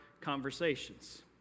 conversations